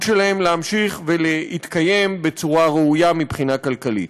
שלהם להמשיך ולהתקיים בצורה ראויה מבחינה כלכלית.